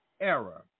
error